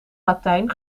latijn